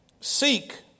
Seek